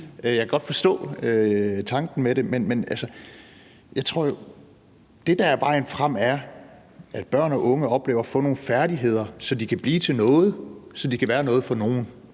Jeg kan godt forstå tanken med det, men altså, jeg tror, at det, der er vejen frem, er, at børn og unge oplever at få nogle færdigheder, så de kan blive til noget, så de kan være noget for nogen,